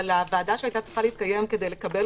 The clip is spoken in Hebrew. אבל הוועדה שהייתה צריכה להתכנס כדי לקבל